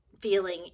feeling